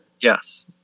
Yes